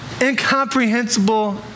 incomprehensible